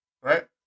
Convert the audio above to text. right